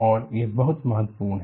और यह बहुत बहुत महत्वपूर्ण है